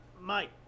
Mike